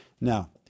Now